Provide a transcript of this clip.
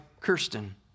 Kirsten